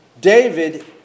David